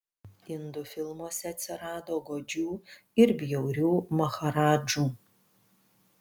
indų filmuose atsirado godžių ir bjaurių maharadžų